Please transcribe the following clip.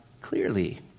clearly